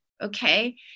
okay